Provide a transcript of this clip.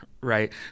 right